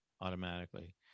automatically